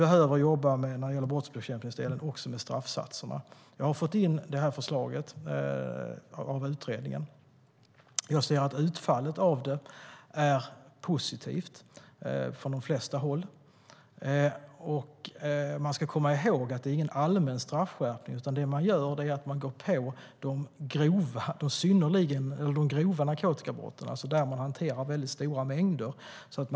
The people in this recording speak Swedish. Beträffande brottsbekämpningen tror jag att vi också måste jobba med straffsatserna. Jag har fått utredningens förslag. Utfallet av det är positivt från de flesta håll. Vi ska komma ihåg att det inte är fråga om någon allmän straffskärpning. Det som man gör är att man går på de grova narkotikabrotten, alltså där stora mängder hanteras.